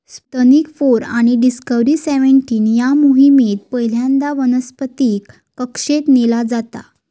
Sputnik four आणि Discover seventeen या मोहिमेत पहिल्यांदा वनस्पतीक कक्षेत नेला जाता